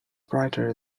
brighter